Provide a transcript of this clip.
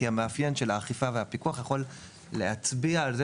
כי המאפיין של אכיפה ופיקוח יכול להצביע על זה